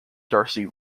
darcy